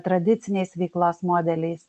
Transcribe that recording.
tradiciniais veiklos modeliais